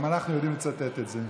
גם אנחנו יודעים לצטט את זה.